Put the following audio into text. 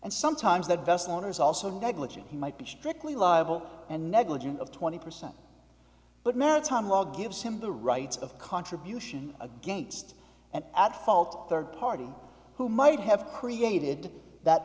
and sometimes that vessel owners also negligent he might be strictly liable and negligent of twenty percent but maritime law gives him the right of contribution against an at fault third party who might have created that